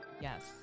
Yes